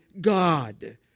God